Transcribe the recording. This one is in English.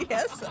Yes